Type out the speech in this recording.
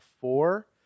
four